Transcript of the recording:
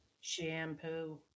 Shampoo